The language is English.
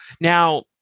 now